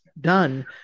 Done